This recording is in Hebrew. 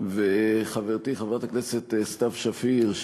וחברתי חברת הכנסת סתיו שפיר,